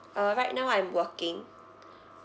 uh right now I'm working